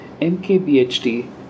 MKBHD